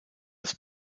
das